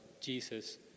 Jesus